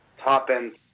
top-end